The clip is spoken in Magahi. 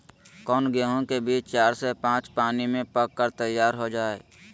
कौन गेंहू के बीज चार से पाँच पानी में पक कर तैयार हो जा हाय?